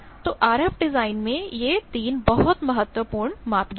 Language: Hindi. तो आरएफ डिजाइन में ये तीन बहुत महत्वपूर्ण मापदंड हैं